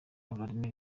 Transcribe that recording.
vladimir